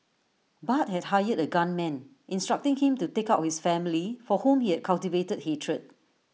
Bart had hired A gunman instructing him to take out with family for whom he had cultivated hatred